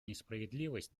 несправедливость